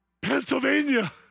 Pennsylvania